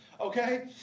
okay